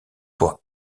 pour